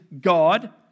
God